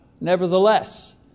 nevertheless